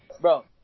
bro